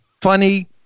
funny